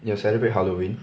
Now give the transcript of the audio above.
你有 celebrate halloween